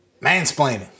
mansplaining